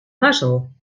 mazzel